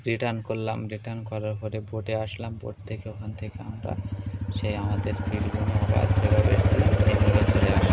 return করলাম return করার ফলে বোটে আসলাম বোট থেকে ওখান থেকে আমরা সেই আমাদের